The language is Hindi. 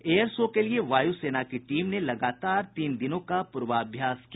एयर शो के लिए वायु सेना की टीम ने लगातार तीन दिनों का पूर्वाभ्यास किया